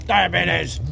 Diabetes